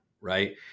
right